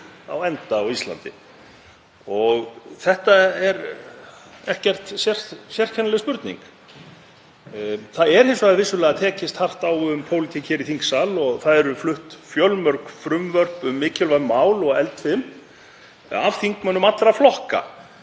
á enda á Íslandi. Þetta er ekkert sérkennileg spurning. Það er hins vegar vissulega tekist hart á um pólitík í þingsal og flutt eru fjölmörg frumvörp um mikilvæg mál og eldfim af þingmönnum allra flokka.